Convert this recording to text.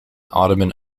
ottoman